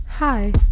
Hi